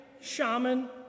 shaman